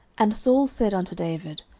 and saul said unto david,